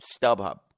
StubHub